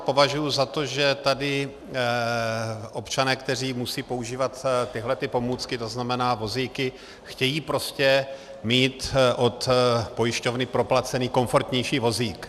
Považuji ten zákon za to, že tady občané, kteří musí používat tyhlety pomůcky, to znamená vozíky, chtějí prostě mít od pojišťovny proplacený komfortnější vozík.